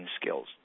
skills